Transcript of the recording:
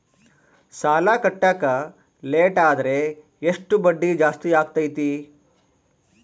ಸಾಲ ಕಟ್ಟಾಕ ಲೇಟಾದರೆ ಎಷ್ಟು ಬಡ್ಡಿ ಜಾಸ್ತಿ ಆಗ್ತೈತಿ?